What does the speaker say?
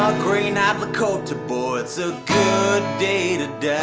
green-eyed lakota boy it's a good day to die